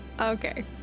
Okay